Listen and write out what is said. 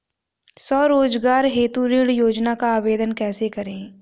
स्वरोजगार हेतु ऋण योजना का आवेदन कैसे करें?